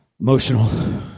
Emotional